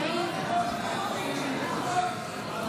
שירותים פיננסיים חברתיים (תיקוני חקיקה),